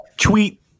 Tweet